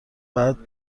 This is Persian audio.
بعد